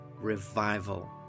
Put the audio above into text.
revival